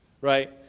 right